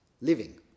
living